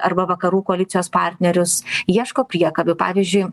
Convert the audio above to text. arba vakarų koalicijos partnerius ieško priekabių pavyzdžiui